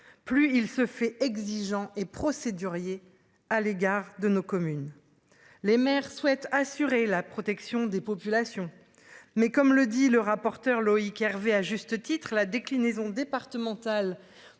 plus il se fait exigeant et procédurier à l'égard de nos communes. Les maires souhaitent assurer la protection des populations. Mais comme le dit le rapporteur Loïc Hervé, à juste titre la déclinaison départementale.